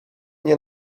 nie